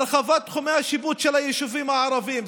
הרחבת תחומי השיפוט של היישובים הערביים,